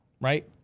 right